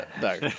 No